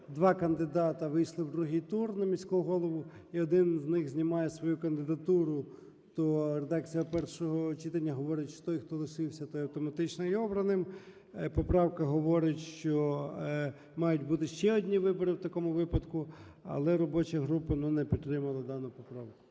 два кандидати вийшли в другий тур на міського голову і один з них знімає свою кандидатуру, то редакція першого читання говорить, що той, хто лишився, той автоматично є обраним. Поправка говорить, що мають бути ще одні вибори у такому випадку. Але робоча не підтримала дану поправку.